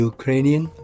Ukrainian